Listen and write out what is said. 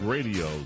Radio